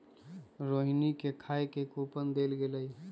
रोहिणी के खाए के कूपन देल गेलई